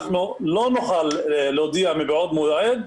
אנחנו לא נוכל להודיע מבעוד מועד.